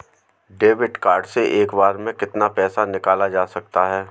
Debit card से एक बार में कितना पैसा निकाला जा सकता है?